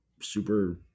super